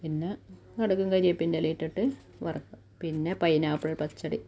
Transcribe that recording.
പിന്നെ കടുകും കരിയെപ്പിൻറ്റെലേം ഇട്ടിട്ട് വറക്കും പിന്നെ പൈനാപ്പിൾ പച്ചടി